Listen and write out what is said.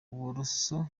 uburoso